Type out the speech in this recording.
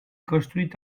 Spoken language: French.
construite